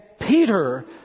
Peter